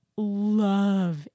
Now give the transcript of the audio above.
love